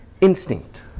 instinct